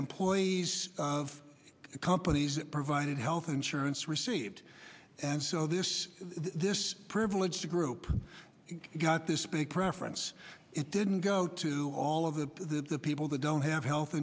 employees of companies that provided health insurance received and so this this privileged a group got this big preference it didn't go to all of the people that don't have health